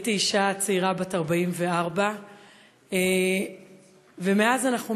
הייתי אישה צעירה בת 44. ומאז אנחנו